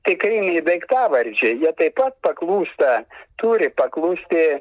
tikriniai daiktavardžiai jie taip pat paklūsta turi paklusti